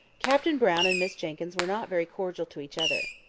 captain brown and miss jenkyns were not very cordial to each other.